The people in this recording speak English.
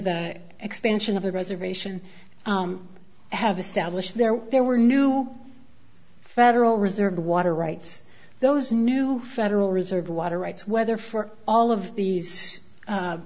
the expansion of the reservation have established there there were new federal reserve water rights those new federal reserve water rights whether for all of these